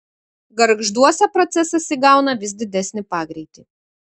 gargžduose procesas įgauna vis didesnį pagreitį